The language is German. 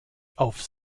auf